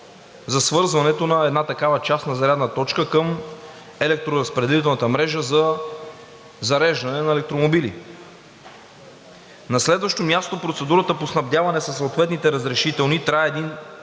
за свързването на една такава частна зарядна точка към електроразпределителната мрежа за зареждане на електромобили. На следващо място, процедурата по снабдяване със съответните разрешителни трае един